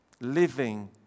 living